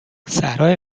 صحرای